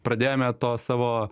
pradėjome to savo